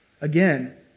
Again